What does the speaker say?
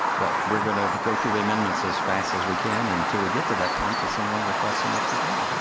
but we're going to go through the amendments as fast as we can until we get to that point, until someone requests some extra time.